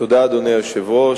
אדוני היושב-ראש,